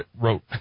wrote